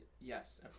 yes